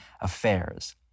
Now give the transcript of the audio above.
affairs